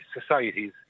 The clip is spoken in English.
societies